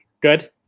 good